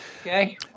Okay